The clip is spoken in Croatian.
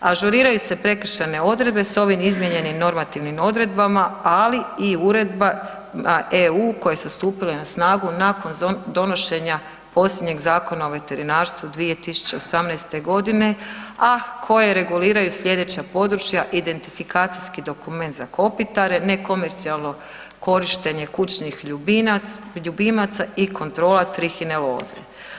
Ažuriraju se prekršajne odredbe s ovim izmijenjenim normativnim odredbama, ali i uredbama EU koje su stupile na snagu nakon donošenja posljednjeg Zakona o veterinarstvu 2018. g., a koje reguliraju sljedeća područja, identifikacijski dokument za kopitare, nekomercijalno korištenje kućnih ljubimaca i kontrola trihineloze.